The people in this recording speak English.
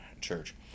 Church